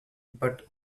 but